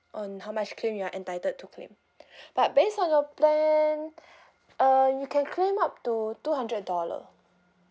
on how much claim you are entitled to claim but based on your plan uh you can claim up to two hundred dollar